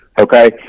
Okay